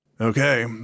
Okay